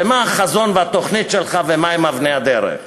ומה החזון והתוכנית שלך ומה הן אבני הדרך.